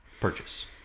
Purchase